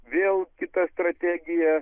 vėl kita strategija